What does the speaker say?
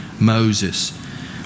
Moses